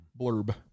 blurb